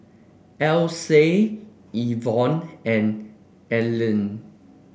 Alyse Ivor and Alene